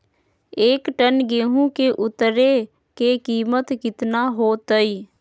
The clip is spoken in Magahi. एक टन गेंहू के उतरे के कीमत कितना होतई?